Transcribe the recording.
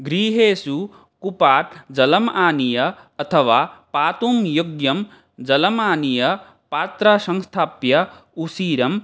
गृहेषु कूपात् जलम् आनीय अथवा पातुं योग्यं जलमानीय पात्रं संस्थाप्य उषीरं